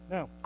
Now